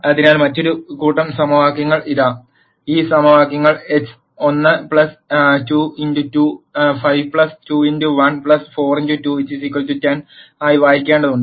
അതിനാൽ മറ്റൊരു കൂട്ടം സമവാക്യങ്ങൾ ഇതാ ഈ സമവാക്യങ്ങൾ x1 2x2 5 2x1 4x2 10 ആയി വായിക്കേണ്ടതുണ്ട്